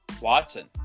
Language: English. Watson